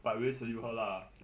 but really salute her lah